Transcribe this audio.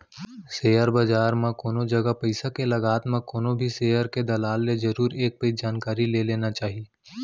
share बजार म कोनो जगा पइसा के लगात म कोनो भी सेयर के दलाल ले जरुर एक पइत जानकारी ले लेना चाही